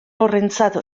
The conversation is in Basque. horrentzat